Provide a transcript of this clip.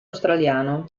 australiano